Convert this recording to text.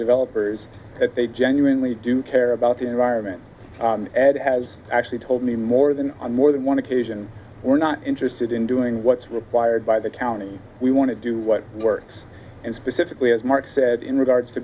developers that they genuinely do care about the environment ed has actually told me more than on more than one occasion we're not interested in doing what's required by the county we want to do what works and specifically as mark said in regards to